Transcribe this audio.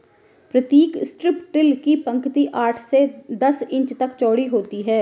प्रतीक strip till की पंक्ति आठ से दस इंच तक चौड़ी होती है